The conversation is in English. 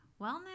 wellness